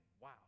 wow